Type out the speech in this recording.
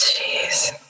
Jeez